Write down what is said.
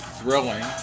Thrilling